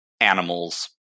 animals